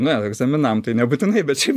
ne egzaminam tai nebūtinai bet šiaip